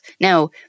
Now